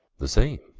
the same,